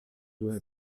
due